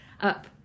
up